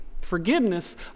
Forgiveness